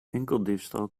winkeldiefstal